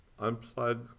unplug